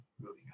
moving